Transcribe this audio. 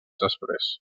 després